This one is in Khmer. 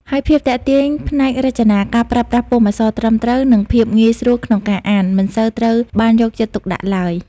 ហើយភាពទាក់ទាញផ្នែករចនា ការប្រើប្រាស់ពុម្ពអក្សរត្រឹមត្រូវ និងភាពងាយស្រួលក្នុងការអាន មិនសូវត្រូវបានយកចិត្តទុកដាក់ឡើយ។